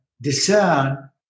discern